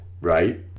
Right